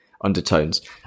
undertones